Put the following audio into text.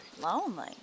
Lonely